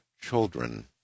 children